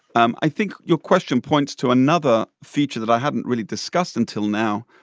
um i think your question points to another feature that i hadn't really discussed until now.